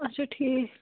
اَچھا ٹھیٖک